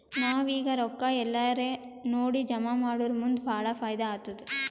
ನಾವ್ ಈಗ್ ರೊಕ್ಕಾ ಎಲ್ಲಾರೇ ನೋಡಿ ಜಮಾ ಮಾಡುರ್ ಮುಂದ್ ಭಾಳ ಫೈದಾ ಆತ್ತುದ್